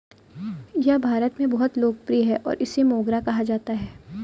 यह भारत में बहुत लोकप्रिय है और इसे मोगरा कहा जाता है